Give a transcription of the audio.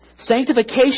Sanctification